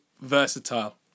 versatile